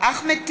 אחמד טיבי,